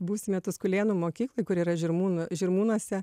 būsime tuskulėnų mokykloj kuri yra žirmūnų žirmūnuose